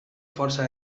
força